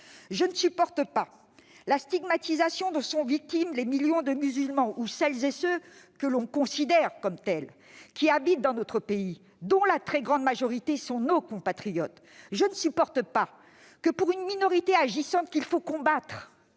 Je ne supporte pas la stigmatisation dont sont victimes les millions de musulmans ou celles et ceux que l'on considère comme tels, qui habitent dans notre pays et dont la très grande majorité sont nos compatriotes. Je ne supporte pas que, pour une minorité agissante, qu'il faut combattre-